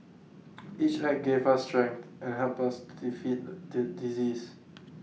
each act gave us strength and helped us to defeat the disease